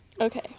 Okay